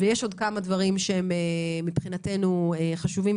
ויש עוד כמה דברים שהם מבחינתנו חשובים,